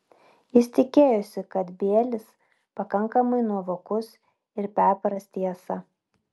jis tikėjosi kad bielis pakankamai nuovokus ir perpras tiesą